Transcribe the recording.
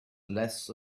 less